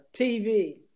TV